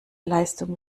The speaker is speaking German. leistung